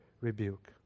rebuke